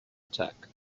attack